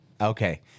Okay